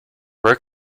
where